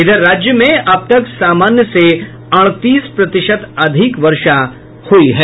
इधर राज्य में अब तक सामान्य से अड़तीस प्रतिशत अधिक वर्षा हुई है